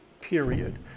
period